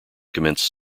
commenced